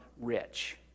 rich